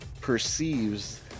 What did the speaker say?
perceives